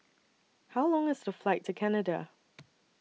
How Long IS The Flight to Canada